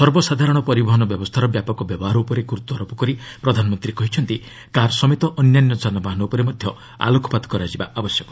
ସର୍ବସାଧାରଣ ପରିବହନ ବ୍ୟବସ୍ଥାର ବ୍ୟାପକ ବ୍ୟବହାର ଉପରେ ଗୁରୁତ୍ୱାରୋପ କରି ପ୍ରଧାନମନ୍ତ୍ରୀ କହିଛନ୍ତି କାର୍ ସମେତ ଅନ୍ୟାନ୍ୟ ଯାନବାହନ ଉପରେ ମଧ୍ୟ ଆଲୋକପାତ କରାଯିବା ଆବଶ୍ୟକ